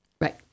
Right